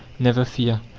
never fear.